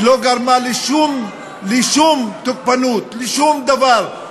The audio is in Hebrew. היא לא גרמה לשום תוקפנות, לשום דבר.